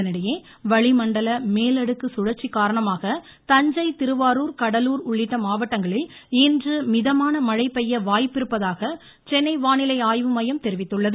இதனிடையே வளிமண்டல மேலடுக்கு சுழற்சி காரணமாக தஞ்சை திருவாரூர் கடலூர் உள்ளிட்ட மாவட்டங்களில் இன்று மிதமான மழை பெய்ய வாய்ப்பிருப்பதாக சென்னை வானிலை ஆய்வு மையம் தெரிவித்துள்ளது